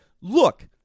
look